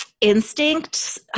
instinct